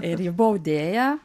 ir ji buvo audėja